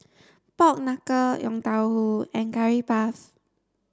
pork knuckle yong tau foo and curry puff